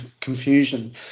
confusion